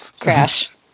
crash